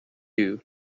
you